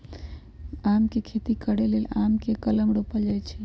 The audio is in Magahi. आम के खेती करे लेल आम के कलम रोपल जाइ छइ